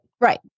Right